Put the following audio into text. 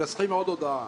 מנסחים עוד הודעה.